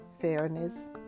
fairness